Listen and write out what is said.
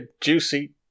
juicy